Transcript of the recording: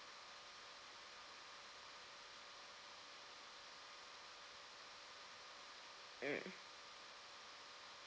mm